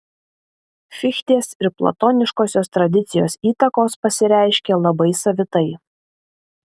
fichtės ir platoniškosios tradicijos įtakos pasireiškė labai savitai